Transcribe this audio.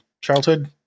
childhood